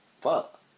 Fuck